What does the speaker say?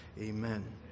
amen